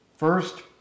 First